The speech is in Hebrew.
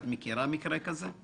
את מכירה מקרה כזה?